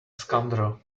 scoundrel